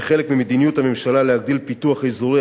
כחלק ממדיניות הממשלה להגדיל את הפיתוח האזורי